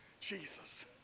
Jesus